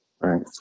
right